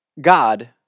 God